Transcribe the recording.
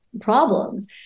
problems